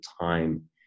time